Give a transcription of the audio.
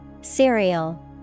Cereal